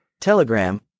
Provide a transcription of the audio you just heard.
Telegram